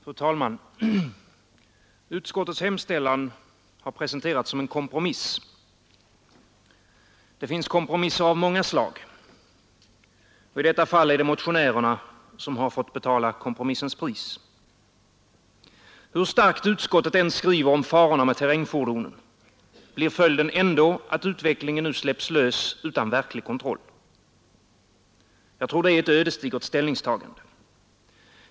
Fru talman! Utskottets hemställan har presenterats som en kompromiss. Det finns kompromisser av många slag. I detta fall är det motionärerna som har fått betala kompromissens pris. Hur starkt utskottet än skriver om farorna med terrängfordonen, blir följden ändå att utvecklingen nu släpps lös utan verklig kontroll. Jag tror att det är ett ödesdigert ställningstagande.